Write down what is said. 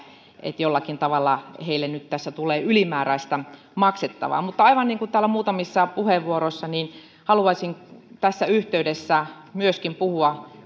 että jollakin tavalla niille nyt tässä tulee ylimääräistä maksettavaa mutta aivan niin kuin täällä muutamissa puheenvuoroissa haluaisin tässä yhteydessä myöskin puhua